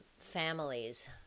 families